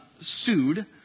sued